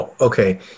Okay